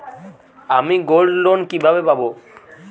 আমি গোল্ডলোন কিভাবে পাব?